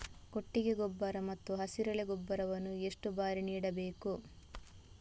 ಕೊಟ್ಟಿಗೆ ಗೊಬ್ಬರ ಮತ್ತು ಹಸಿರೆಲೆ ಗೊಬ್ಬರವನ್ನು ಎಷ್ಟು ಬಾರಿ ನೀಡಬೇಕು?